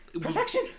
Perfection